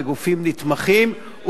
בגופים נתמכים,